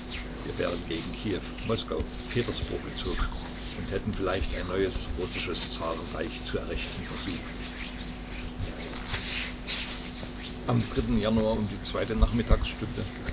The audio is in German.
wir wären gegen kiew moskau petersburg gezogen und hätten vielleicht ein neues russisches zarenreich zu errichten versucht am januar um die zweite nachmittagsstunde